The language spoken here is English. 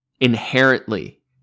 Inherently